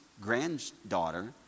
granddaughter